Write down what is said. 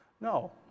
No